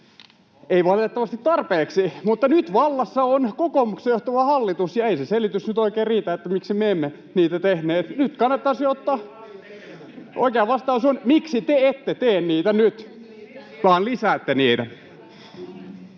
ei valitettavasti tarpeeksi, mutta nyt vallassa on kokoomuksen johtama hallitus, ja se selitys ei nyt oikein riitä, että miksi me emme niitä tehneet. Nyt kannattaisi ottaa... [Ben Zyskowicz: Miksi te jätitte niin paljon tekemättä?]